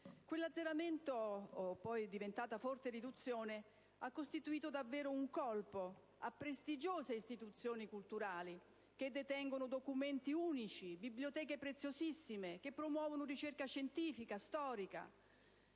Quell'azzeramento, poi diventato forte riduzione, ha costituito davvero un colpo per prestigiose istituzioni culturali, che detengono documenti unici, e per biblioteche preziosissime, che promuovono ricerca scientifica e storica.